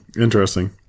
Interesting